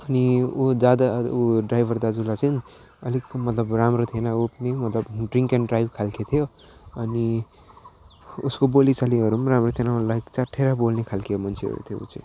अनि ऊ जाँदा ऊ ड्राइभर दाजुलाई चाहिँ अलिक मतलब राम्रो थिएन ऊ पनि मतलब ड्रिङ्क एन्ड ड्राइभ खालके थियो अनि उसको बोलीचालीहरू पनि राम्रो थिएन ऊ लाइक च्याँठिएर बोल्ने खालके मान्छेहरू थियो ऊ चाहिँ